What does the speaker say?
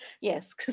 Yes